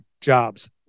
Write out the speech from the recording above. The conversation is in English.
jobs